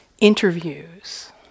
interviews